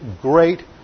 great